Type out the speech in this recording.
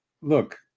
look